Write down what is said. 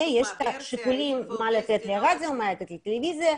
יש שיקולים מה לתת לרדיו, מה לתת לטלוויזיה,